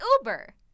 Uber